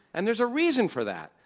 and there's a reason for that.